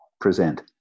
Present